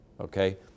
okay